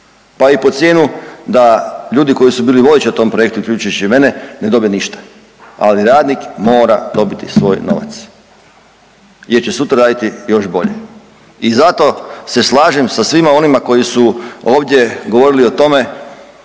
pa i pod cijenu da ljudi koji su bili vodeći u tom projektu uključujući i mene ne dobe ništa. Ali radnik mora dobiti svoj novac, jer će sutra raditi još bolje. I zato se slažem sa svima onima koji su ovdje govorili o tome